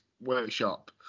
workshop